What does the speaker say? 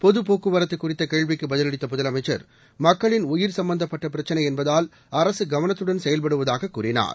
பொது போக்குவரத்து குறித்த கேள்விக்கு பதிலளித்த முதலமைச்ச் மக்களின் உயிர் சம்பந்தப்பட்ட பிரச்சினை என்பதால் அரசு கவனத்துடன் செயல்படுவதாக கூறினார்